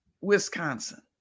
Wisconsin